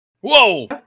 Whoa